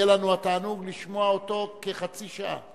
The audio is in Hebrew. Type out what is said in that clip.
יהיה לנו התענוג לשמוע אותו כחצי שעה.